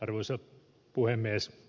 arvoisa puhemies